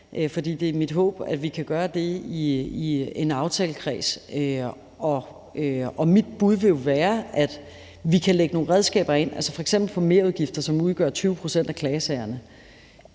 det er mit håb, at vi kan gøre det i en aftalekreds. Og mit bud vil jo være, at vi kan lægge nogle redskaber ind. Altså f.eks. på merudgifter, som udgør 20 pct. af klagesagerne,